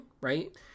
right